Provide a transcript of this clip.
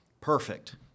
Perfect